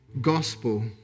gospel